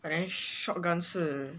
but then shotgun 是